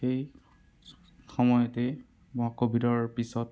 সেই সময়তেই মই কভিডৰ পিছত